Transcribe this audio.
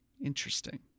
Interesting